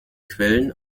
quellen